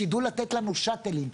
שידעו לתת לנו שאטלים,